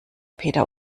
peter